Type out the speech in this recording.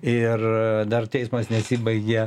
ir dar teismas nesibaigė